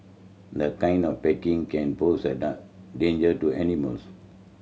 this kind of packaging can pose a danger to animals